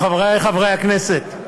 חברי חברי הכנסת,